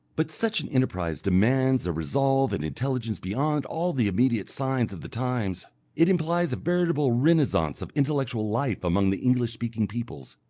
but such an enterprise demands a resolve and intelligence beyond all the immediate signs of the times it implies a veritable renascence of intellectual life among the english-speaking peoples.